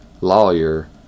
lawyer